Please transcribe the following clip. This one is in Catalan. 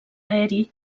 aeri